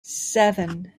seven